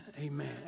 amen